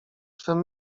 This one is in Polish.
swym